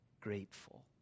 grateful